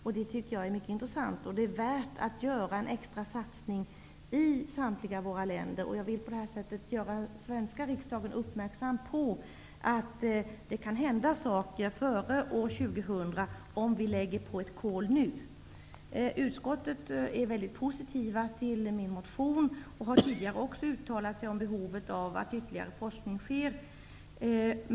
Jag tycker att det är mycket intressant. Det är värt att göra en extra satsning i samtliga våra länder. Jag vill på det här sättet göra den svenska riksdagen uppmärksam på att det kan hända saker före år 2000 om vi lägger på ett kol nu. Utskottsmajoriteten är mycket positiv till min motion. Man har även tidigare uttalat sig om behovet av att ytterligare forskning sker.